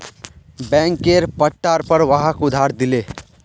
बैंकेर पट्टार पर वहाक उधार दिले